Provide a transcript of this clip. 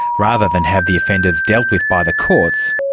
rather than have the offenders dealt with by the courts,